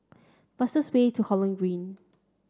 fastest way to Holland Green